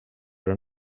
era